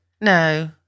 No